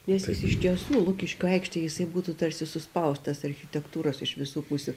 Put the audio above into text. nes jis iš tiesų lukiškių aikštėj jisai būtų tarsi suspaustas architektūros iš visų pusių